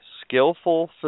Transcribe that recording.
skillful